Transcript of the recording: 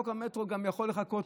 חוק המטרו יכול לחכות,